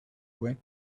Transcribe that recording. went